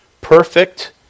perfect